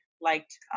liked